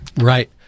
Right